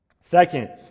Second